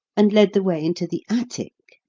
and led the way into the attic,